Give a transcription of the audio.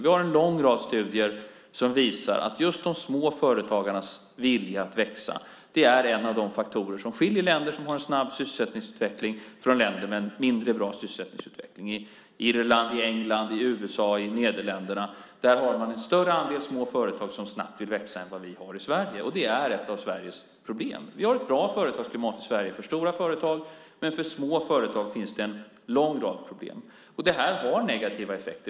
Det finns en lång rad studier som visar att just de små företagarnas vilja att växa är en av de faktorer som skiljer länder som har en snabb sysselsättningsutveckling från länder med mindre bra sysselsättningsutveckling. I Irland, England, USA och Nederländerna finns en större andel små företag som snabbt vill växa än vad vi har i Sverige. Det är ett av Sveriges problem. Vi har ett bra företagsklimat i Sverige för stora företag, men för små företag finns en lång rad problem. Det har negativa effekter.